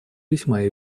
весьма